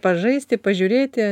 pažaisti pažiūrėti